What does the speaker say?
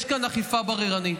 יש כאן אכיפה בררנית,